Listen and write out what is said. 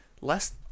less